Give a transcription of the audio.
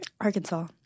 Arkansas